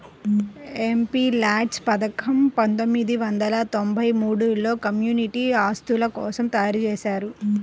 MPLADS పథకం పందొమ్మిది వందల తొంబై మూడులో కమ్యూనిటీ ఆస్తుల కోసం తయ్యారుజేశారు